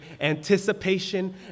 anticipation